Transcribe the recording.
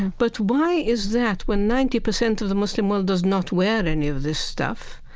but why is that, when ninety percent of the muslim world does not wear any of this stuff?